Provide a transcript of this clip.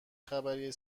خبری